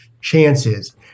chances